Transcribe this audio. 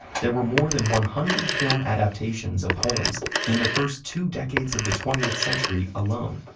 there were more than one hundred film adaptations of holmes in the first two decades of the twentieth century alone.